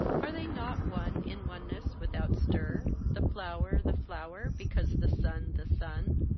are they not one in oneness without stir the flower the flower because the sun the sun?